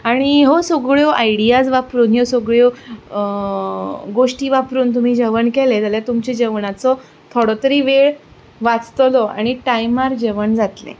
आनी ह्यो सगळ्यो आयडीयाज वापरून ह्यो सगळ्यो गोश्टी वापरून तुमी जेवण केलें जाल्यार तुमच्या जेवणाचो थोडो तरी वेळ वाचतलो आनी टायमार जेवण जातलें